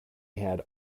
had